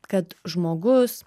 kad žmogus